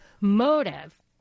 motive